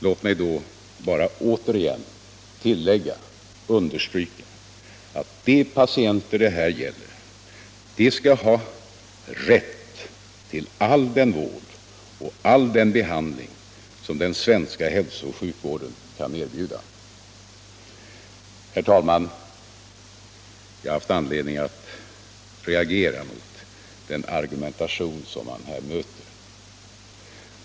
Låt mig då bara återigen understryka att de patienter det här gäller skall ha rätt till all den vård och all den behandling som den svenska hälsooch sjukvården kan erbjuda. Herr talman! Jag har haft anledning att reagera mot den argumentation som jag här möter.